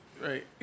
Right